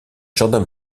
jardin